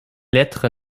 lettres